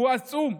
הוא עצום,